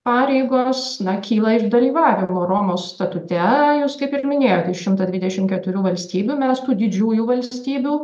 pareigos na kyla iš dalyvavimo romos statute jūs kaip ir minėjote iš šimto dvidešim keturių valstybių mes tų didžiųjų valstybių